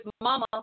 mama